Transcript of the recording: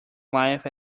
life